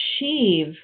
achieve